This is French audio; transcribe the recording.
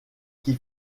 qui